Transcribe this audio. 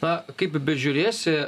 na kaip bežiūrėsi